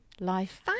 life